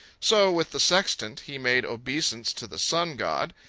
so, with the sextant he made obeisance to the sun-god,